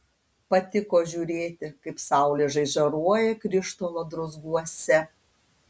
patiko žiūrėti kaip saulė žaižaruoja krištolo druzguose